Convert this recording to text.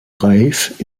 reif